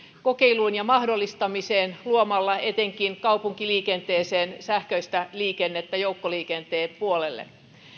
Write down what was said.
kokeiluun ja mahdollistamiseen luomalla etenkin kaupunkiliikenteeseen sähköistä liikennettä joukkoliikenteen puolelle